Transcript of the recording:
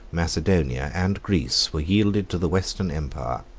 macedonia, and greece, were yielded to the western empire,